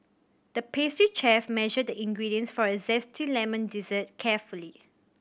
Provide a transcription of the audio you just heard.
the pastry chef measured the ingredients for a zesty lemon dessert carefully